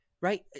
right